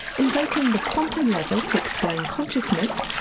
invoking the quantum level to explain consciousness,